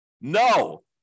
No